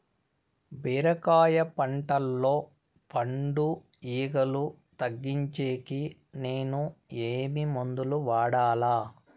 బీరకాయ పంటల్లో పండు ఈగలు తగ్గించేకి నేను ఏమి మందులు వాడాలా?